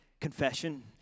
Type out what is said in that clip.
confession